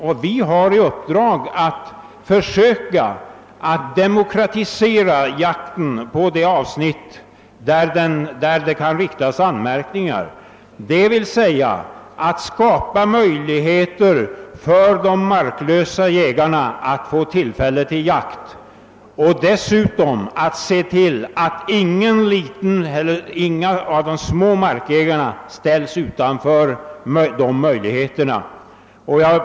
Den har i uppdrag att försöka demokratisera jakten på de avsnitt där det kan riktas anmärkningar mot de nuvarande förhållandena, d. v. s. att skapa möjligheter för de marklösa jägarna att få tillfälle till jakt och att dessutom se till att inga av de små markägarna ställs utanför möjligheterna till jakt.